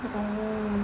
oh